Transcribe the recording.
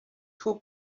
two